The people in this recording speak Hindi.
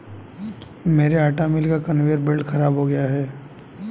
मेरे आटा मिल का कन्वेयर बेल्ट खराब हो गया है